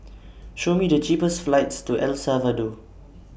Show Me The cheapest flights to El Salvador